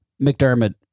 McDermott